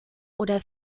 oder